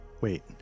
Wait